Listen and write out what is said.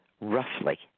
roughly